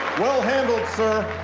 well handled, sir.